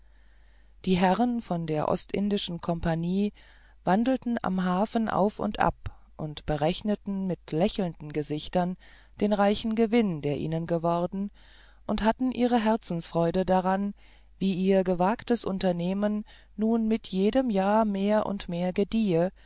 die herren von der ostindischen kompanie wandelten am hafen auf und ab und berechneten mit lächelnden gesichtern den reichen gewinn der ihnen geworden und hatten ihre herzensfreude daran wie ihr gewagtes unternehmen nun mit jedem jahr mehr und mehr gedeihe